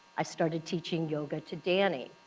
i started teaching yoga to danny.